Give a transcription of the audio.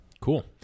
Cool